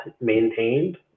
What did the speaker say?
maintained